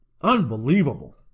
Unbelievable